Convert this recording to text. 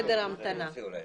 חדר המתנה.